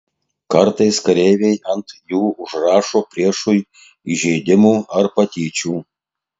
kartais kareiviai ant jų užrašo priešui įžeidimų ar patyčių